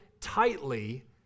tightly